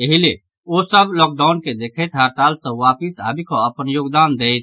एहि लेल ओ सभ लॉकडाउन के देखैत हड़ताल सॅ वापिस आबिकऽ अपन योगदान दैथ